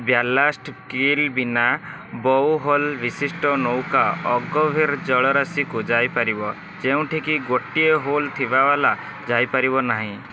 ballast keel ବିନା ବହୁହଲ୍ ବିଶିଷ୍ଟ ନୌକା ଅଗଭୀର ଜଳରାଶିକୁ ଯାଇପାରିବ ଯେଉଁଠିକି ଗୋଟିଏ ହୋଲ୍ ଥିବା ବାଲା ଯାଇପାରିବ ନାହିଁ